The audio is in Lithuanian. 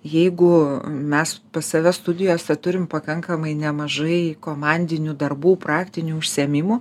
jeigu mes pas save studijose turim pakankamai nemažai komandinių darbų praktinių užsiėmimų